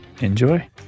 Enjoy